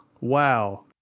wow